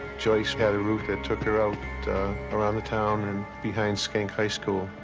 joyce had a route that took her out around the town and behind so schenck high school.